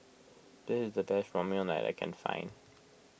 this is the best Ramyeon that I can find